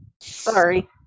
Sorry